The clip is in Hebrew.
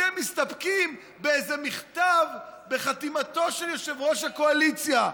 אתם מסתפקים באיזה מכתב בחתימתו של יושב-ראש הקואליציה.